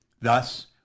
Thus